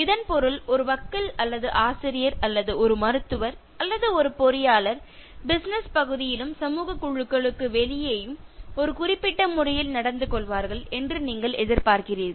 இதன் பொருள் ஒரு வக்கீல் அல்லது ஆசிரியர் அல்லது ஒரு மருத்துவர் அல்லது ஒரு பொறியியலாளர் பிசினஸ் பகுதியிலும் சமூகக் குழுக்களுக்கு வெளியேயும் ஒரு குறிப்பிட்ட முறையில் நடந்து கொள்வார்கள் என்று நீங்கள் எதிர்பார்க்கிறீர்கள்